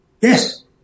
Yes